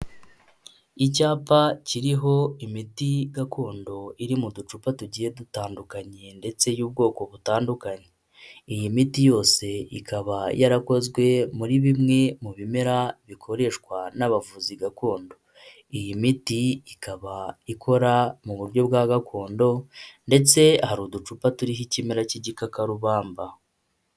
Icyapa kiriho imiti gakondo iri mu ducupa tugiye dutandukanye ndetse y'ubwoko butandukanye. Iyi miti yose ikaba yarakozwe muri bimwe mu bimera bikoreshwa n'abavuzi gakondo. Iyi miti ikaba ikora mu buryo bwa gakondo, ndetse hari uducupa turiho ikimera cy'igikakarubamba.